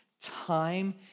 time